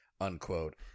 unquote